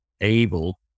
able